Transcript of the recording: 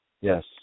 Yes